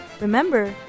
Remember